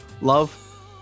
love